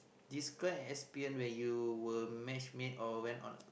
describe experience where you were matchmade or went on